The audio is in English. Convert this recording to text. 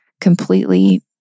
completely